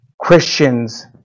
Christians